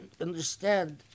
understand